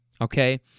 okay